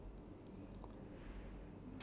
eighteen okay